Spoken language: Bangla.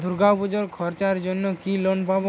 দূর্গাপুজোর খরচার জন্য কি লোন পাব?